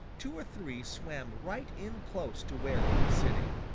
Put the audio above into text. two or three swam right in close to where he was sitting.